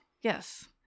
yes